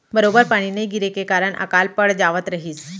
बरोबर पानी नइ गिरे के कारन अकाल पड़ जावत रहिस